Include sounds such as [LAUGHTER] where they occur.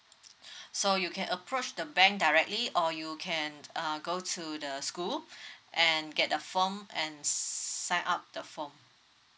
[BREATH] so you can approach the bank directly or you can uh go to the school [BREATH] and get a form and sign up the form